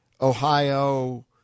Ohio